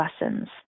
lessons